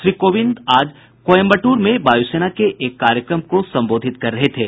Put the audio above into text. श्री कोविंद आज कोयम्बटूर में वायुसेना के एक कार्यक्रम को संबोधित कर रहे थे